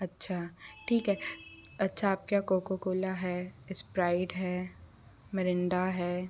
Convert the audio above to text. अच्छा ठीक है अच्छा आपके यहाँ कोको कोला है स्प्राइट है मिरींडा है